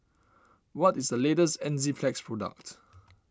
what is the latest Enzyplex product